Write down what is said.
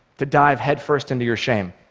to dive headfirst into your shame?